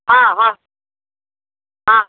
हाँ हाँ हाँ